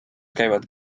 käivad